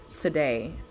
today